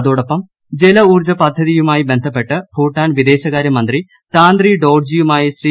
അതോടൊപ്പം ജല ഊർജ പദ്ധതിയുമായി ബന്ധപ്പെട്ട് ഭൂട്ടാൻ വിദേശകാര്യമന്ത്രി താന്ത്രി ഡോർജിയുമായി ശ്രീ